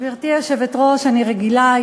גברתי היושבת-ראש, אני רגילה.